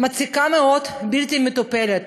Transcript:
מציקה מאוד, בלתי מטופלת.